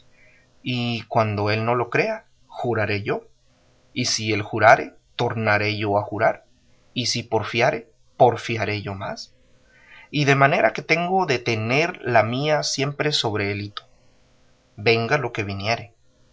y cuando él no lo crea juraré yo y si él jurare tornaré yo a jurar y si porfiare porfiaré yo más y de manera que tengo de tener la mía siempre sobre el hito venga lo que viniere